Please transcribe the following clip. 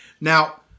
Now